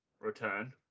return